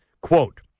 Quote